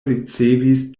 ricevis